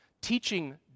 teaching